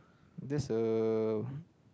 that's a